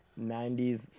90s